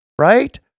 right